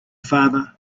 father